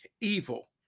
evil